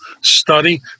study